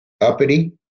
uppity